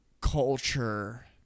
culture